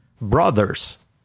brothers